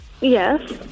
Yes